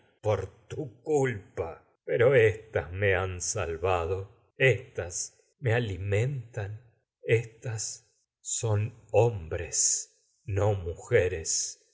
por culpa pero éstas han salvado éstas me alimen tan éstas son go no hombres no mujeres